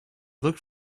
looked